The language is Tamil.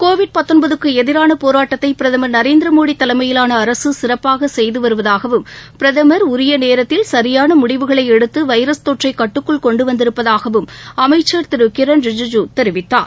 கொரோனாவிற்குஎதிரானபோராட்டத்தைபிரதமா் நரேந்திரமோடிதலைமையிலானஅரசுசிறப்பாகசெய்துவருவதாகவும் பிரதமா் உரியநேரத்தில் சரியானமுடிவுகளைஎடுத்துவைரஸ் தொற்றைகட்டுக்குள் கொண்டுவந்திருப்பதாகவும் அமைச்சர் திருகிரண் ரிஜ்ஜூ தெரிவித்தார்